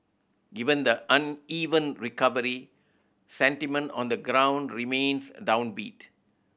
given the uneven recovery sentiment on the ground remains downbeat